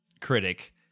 critic